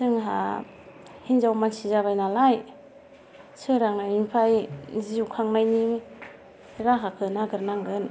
जोंहा हिनजाव मानसि जाबाय नालाय सोरांनायनिफ्राय जिउ खांनायनि राहाखो नागिरनांगोन